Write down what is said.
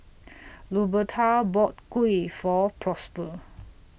Luberta bought Kuih For Prosper